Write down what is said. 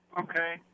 Okay